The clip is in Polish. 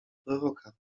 proroka